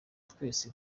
twese